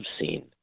seen